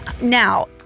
Now